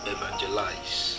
Evangelize